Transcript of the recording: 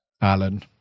Alan